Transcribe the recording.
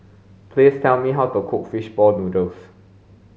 please tell me how to cook fish ball noodles